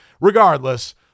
regardless